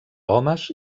homes